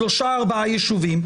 שלושה-ארבעה יישובים,